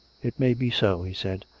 it may be so, he said.